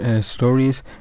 stories